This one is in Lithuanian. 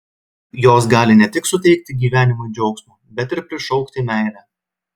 jos gali ne tik suteikti gyvenimui džiaugsmo bet ir prišaukti meilę